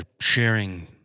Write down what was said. sharing